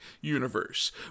universe